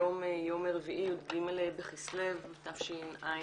היום יום רביעי י"ג בכסלו תשע"ט